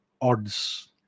odds